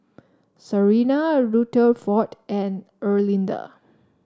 Sarina Rutherford and Erlinda